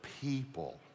people